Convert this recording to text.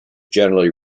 generally